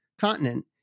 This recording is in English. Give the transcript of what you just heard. continent